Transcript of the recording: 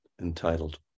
entitled